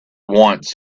once